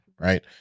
right